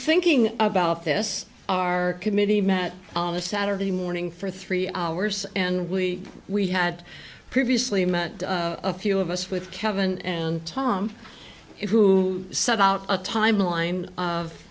thinking about this our committee met this saturday morning for three hours and we we had previously met a few of us with kevin and tom who set out a timeline of